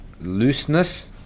looseness